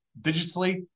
digitally